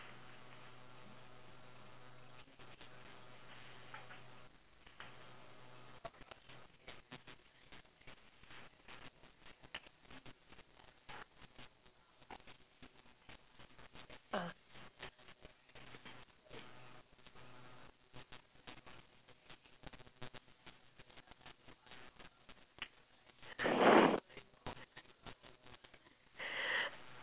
ah